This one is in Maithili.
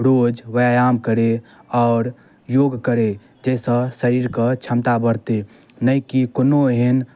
रोज व्यायाम करै आओर योग करै जाहिसऽ शरीरके क्षमता बढ़तै नहि कि कोनो एहन